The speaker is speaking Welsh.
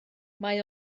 mae